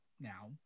Now